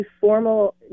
formal